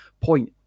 point